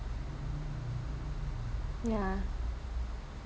yeah